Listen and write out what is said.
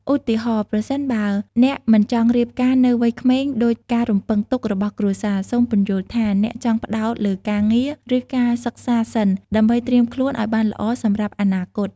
ឧទាហរណ៍ ប្រសិនបើអ្នកមិនចង់រៀបការនៅវ័យក្មេងដូចការរំពឹងទុករបស់គ្រួសារ សូមពន្យល់ថាអ្នកចង់ផ្ដោតលើការងារ ឬការសិក្សាសិន ដើម្បីត្រៀមខ្លួនឲ្យបានល្អសម្រាប់អនាគត។